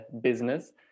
business